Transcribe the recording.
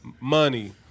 Money